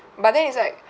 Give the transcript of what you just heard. but thing it's like